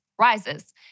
rises